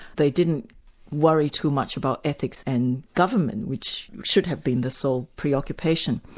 they didn't worry too much about ethics and government which should have been the sole preoccupation.